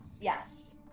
Yes